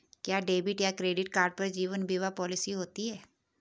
क्या डेबिट या credit card पर जीवन बीमा पॉलिसी होती है?